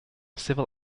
civil